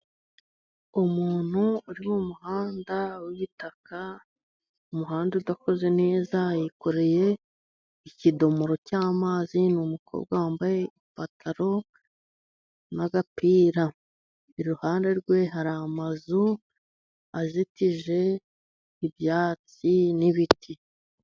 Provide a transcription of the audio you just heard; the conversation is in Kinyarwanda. Umuntu uri mu muhanda w'igitaka, umuhanda udakoze neza , yikoreye ikidomoro cy'amazi . Ni umukobwa wambaye ipantaro n'agapira, iruhande rwe hari amazu azitije ibyatsi n'ibiti.